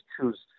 choose